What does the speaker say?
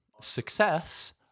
success